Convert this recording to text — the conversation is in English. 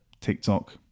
TikTok